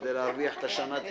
כדי להרוויח שנה דחייה,